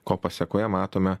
ko pasekoje matome